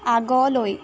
আগলৈ